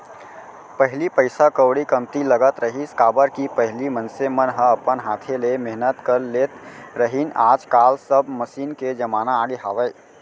पहिली पइसा कउड़ी कमती लगत रहिस, काबर कि पहिली मनसे मन ह अपन हाथे ले मेहनत कर लेत रहिन आज काल सब मसीन के जमाना आगे हावय